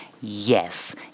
Yes